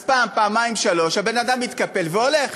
אז פעם, פעמיים, שלוש, הבן-אדם מתקפל והולך.